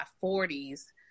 forties